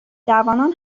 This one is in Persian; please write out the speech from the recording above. جوانان